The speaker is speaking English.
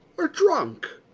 or drunk?